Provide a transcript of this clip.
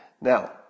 Now